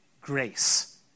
grace